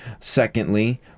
secondly